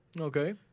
Okay